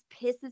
pisses